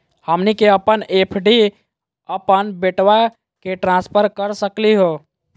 हमनी के अपन एफ.डी अपन बेटवा क ट्रांसफर कर सकली हो?